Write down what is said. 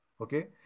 okay